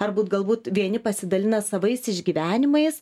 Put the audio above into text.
ar būt galbūt vieni pasidalina savais išgyvenimais